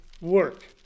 work